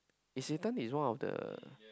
Isetan is one of the